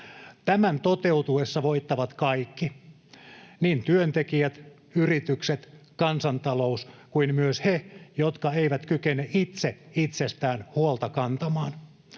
Tämän toteutuessa voittavat kaikki, niin työntekijät, yritykset, kansantalous kuin myös he, jotka eivät kykene itse itsestään huolta kantamaan.